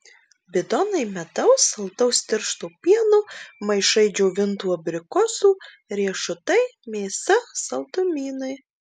bidonai medaus saldaus tiršto pieno maišai džiovintų abrikosų riešutai mėsa saldumynai